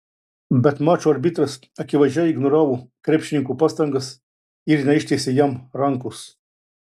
bet mačo arbitras akivaizdžiai ignoravo krepšininko pastangas ir neištiesė jam rankos